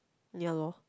ya lor